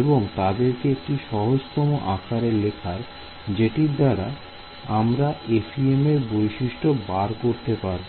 এবং তাদেরকে একটি সহজতম আকারে লেখার জেটির দাঁড়া আমরা FEM এর বৈশিষ্ট্য বার করতে পারব